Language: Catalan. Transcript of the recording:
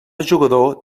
jugador